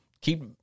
keep